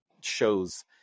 shows